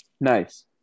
nice